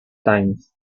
times